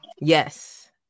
Yes